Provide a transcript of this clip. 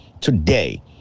Today